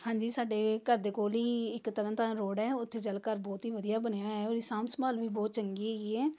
ਹਾਂਜੀ ਸਾਡੇ ਘਰ ਦੇ ਕੋਲ ਹੀ ਇੱਕ ਤਰਨ ਤਾਰਨ ਰੋਡ ਹੈ ਉੱਥੇ ਜਲ ਘਰ ਬਹੁਤ ਹੀ ਵਧੀਆ ਬਣਿਆ ਹੋਇਆ ਉਹਦੀ ਸਾਂਭ ਸੰਭਾਲ ਵੀ ਬਹੁਤ ਚੰਗੀ ਹੈਗੀ ਹੈ